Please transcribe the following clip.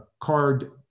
card